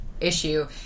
issue